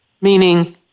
Meaning